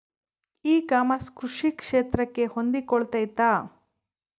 E commerce ಕೃಷಿ ಕ್ಷೇತ್ರಕ್ಕೆ ಹೊಂದಿಕೊಳ್ತೈತಾ?